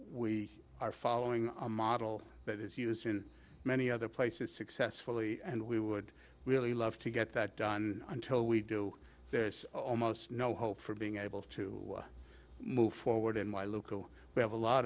we are following a model that is used in many other places successfully and we would really love to get that done until we do there's almost no hope for being able to move forward in my local we